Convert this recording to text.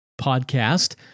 podcast